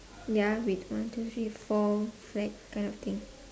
ya wait one two three four flag kind of thing